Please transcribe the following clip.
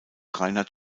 reinhardt